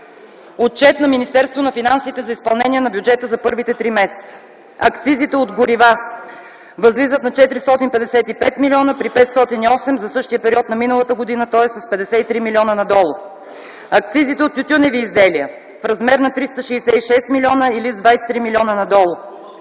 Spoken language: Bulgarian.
Отчет на Министерството на финансите за изпълнение на бюджета за първите три месеца: акцизите от горива възлизат на 455 млн. лв. при 508 млн. лв. за същия период на миналата година, т.е. с 53 млн. лв. надолу; акцизите от тютюневи изделия в размер на 366 млн. или с 23 млн.лв. надолу